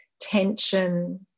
tension